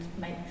make